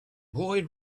boy